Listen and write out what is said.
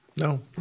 no